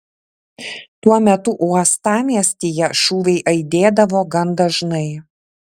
tuo metu uostamiestyje šūviai aidėdavo gan dažnai